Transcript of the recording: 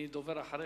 אני דובר אחריך.